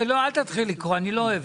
אני רואה